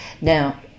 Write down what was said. Now